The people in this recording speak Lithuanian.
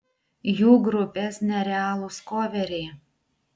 jų grupės nerealūs koveriai